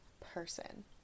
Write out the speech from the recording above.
person